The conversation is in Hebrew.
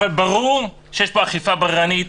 אבל ברור שיש פה אכיפה בררנית,